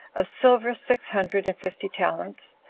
of silver six hundred and fifty talents,